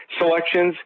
selections